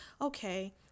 okay